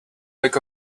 back